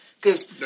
Cause